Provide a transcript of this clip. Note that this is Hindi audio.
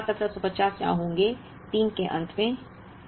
इसलिए हमारे पास 1750 यहां होंगे 3 के अंत में